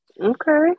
Okay